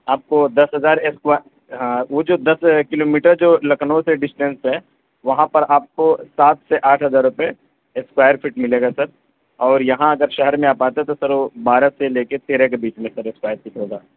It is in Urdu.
آپ کو دس ہزار ہاں وہ جو دس کلو میٹر جو لکھنؤ سے ڈسٹینس پہ ہے وہاں پر آپ کو سات سے آٹھ ہزار روپے اسکوائر فٹ ملے گا سر اور یہاں اگر شہر میں آپ آتے ہو تو سر وہ بارہ سے لے کے تیرہ کے بیچ میں پر اسکوائر فٹ ہوگا